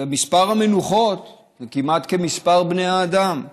ומספר המנוחות הוא כמעט כמספר בני האדם.